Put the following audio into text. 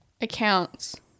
accounts